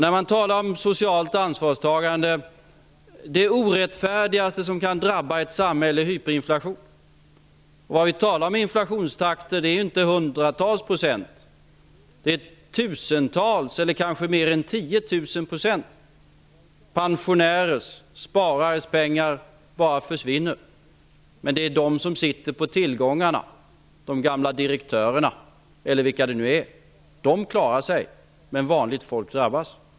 När man talar om socialt ansvarstagande skall man veta att det orättfärdigaste som kan drabba ett samhälle är hyperinflation. De inflationstakter vi talar om är inte hundratals procent, det är tusentals eller kanske mer än 10 000 %. Pensionärers och sparares pengar bara försvinner. Men de som sitter på tillgångarna, de gamla direktörerna eller vilka det nu är, klarar sig. Vanligt folk drabbas.